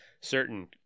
certain